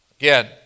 Again